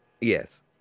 Yes